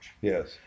Yes